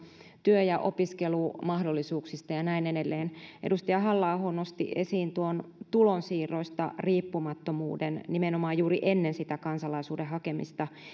työ ja opiskelumahdollisuuksista ja ja näin edelleen edustaja halla aho nosti esiin tulonsiirroista riippumattomuuden nimenomaan juuri ennen sitä kansalaisuuden hakemista